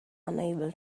unable